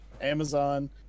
Amazon